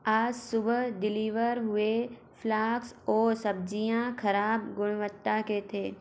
आज सुबह डिलीवर हुए फ्लाक्स और सब्ज़ियाँ ख़राब गुणवत्ता के थे